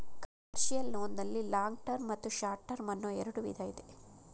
commercial loan ನಲ್ಲಿ long term ಮತ್ತು short term ಅನ್ನೋ ಎರಡು ವಿಧ ಇದೆ